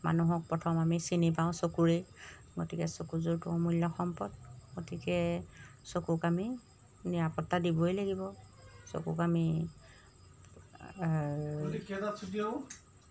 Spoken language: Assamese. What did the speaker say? মানুহক প্ৰথম আমি চিনি পাওঁ চকুৰেই গতিকে চকুযোৰটো অমূল্য সম্পদ গতিকে চকুক আমি নিৰাপত্তা দিবই লাগিব চকুক আমি